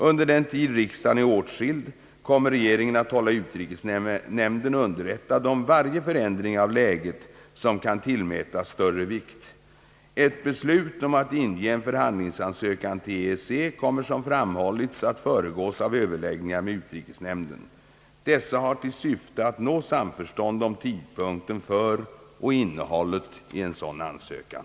Under den tid riksdagen är åtskild kommer regeringen att hålla utrikesnämnden underrättad om varje förändring av läget som kan tillmätas större vikt. Ett beslut om att inge en förhandlingsansökan till EEC kommer, som framhållits, att föregås av överläggningar med utrikesnämnden. Dessa har till syfte att nå samförstånd om tidpunkten för och innehållet i en sådan ansökan.